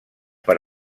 per